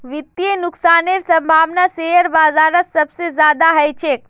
वित्तीय नुकसानेर सम्भावना शेयर बाजारत सबसे ज्यादा ह छेक